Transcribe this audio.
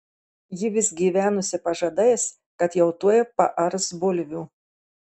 ji vis gyvenusi pažadais kad jau tuoj paars bulvių